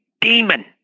demon